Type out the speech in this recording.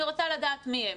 אני רוצה לדעת מי הם.